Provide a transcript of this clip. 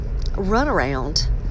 runaround